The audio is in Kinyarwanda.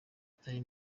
itari